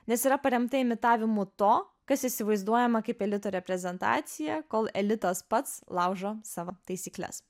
nes yra paremta imitavimu to kas įsivaizduojama kaip elito reprezentacija kol elitas pats laužo savo taisykles